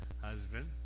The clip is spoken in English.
husband